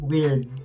Weird